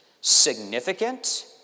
significant